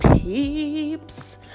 peeps